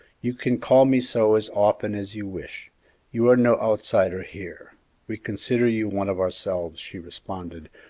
you can call me so as often as you wish you are no outsider here we consider you one of ourselves, she responded,